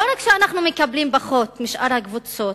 לא רק שאנחנו מקבלים פחות משאר הקבוצות,